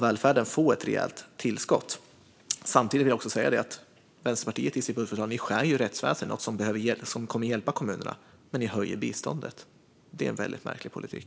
Välfärden får alltså ett rejält tillskott. Jag vill också säga att Vänsterpartiet i sitt budgetförslag skär ned på rättsväsendet, något som annars kommer att hjälpa kommunerna. Men samtidigt höjer ni biståndet, Ilona Szatmári Waldau. Det är en väldigt märklig politik.